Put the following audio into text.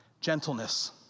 Gentleness